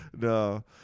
No